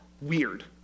weird